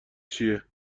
چیه